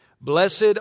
Blessed